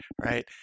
Right